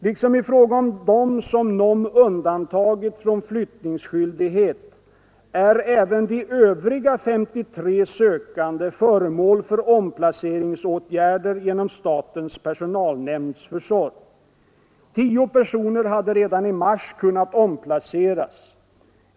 Liksom i fråga om dem som NOM undantagit från flyttningsskyldighet är även de övriga 53 sökande föremål för omplaceringsåtgärder genom statens personalnämnds försorg. Tio personer hade redan i mars kunnat omplaceras.